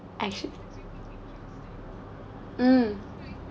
actually mm